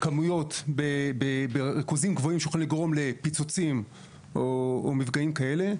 כמויות בריכוזים גבוהים שיכולים לגרום לפיצוצים או מפגעים כאלה.